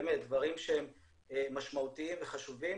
באמת, דברים שהם משמעותיים וחשובים,